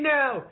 now